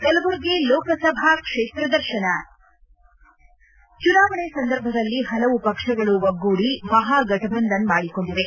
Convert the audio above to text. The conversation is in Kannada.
ಕಲಬುರಗಿ ಲೋಕಸಭಾ ಕ್ಷೇತ್ರ ದರ್ಶನ ಚುನಾವಣೆ ಸಂದರ್ಭದಲ್ಲಿ ಪಲವು ಪಕ್ಷಗಳು ಒಗ್ಗೂಡಿ ಮಹಾಘಟಬಂಧನ್ ಮಾಡಿಕೊಂಡಿವೆ